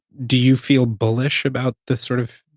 do you feel bullish about the sort of,